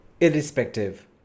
Irrespective